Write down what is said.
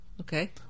Okay